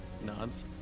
nods